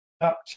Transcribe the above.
up